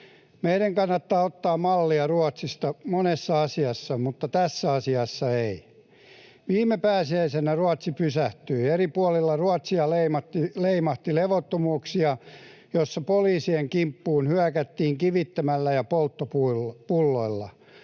Meidän kannattaa ottaa mallia Ruotsista monessa asiassa, mutta tässä asiassa ei. Viime pääsiäisenä Ruotsi pysähtyi. Eri puolilla Ruotsia leimahti levottomuuksia, joissa poliisien kimppuun hyökättiin kivittämällä ja polttopulloilla.